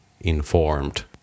informed